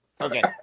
Okay